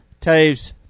Taves